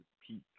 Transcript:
peak